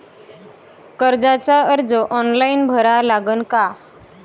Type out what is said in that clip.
कर्जाचा अर्ज ऑनलाईन भरा लागन का?